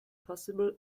possible